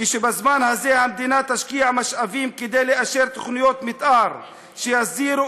כשבזמן הזה המדינה תשקיע משאבים כדי לאשר תוכניות מתאר שיסדירו